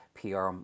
PR